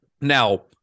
Now